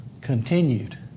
continued